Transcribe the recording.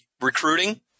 recruiting